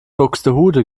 buxtehude